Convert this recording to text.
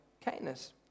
kindness